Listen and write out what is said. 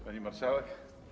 Pani Marszałek!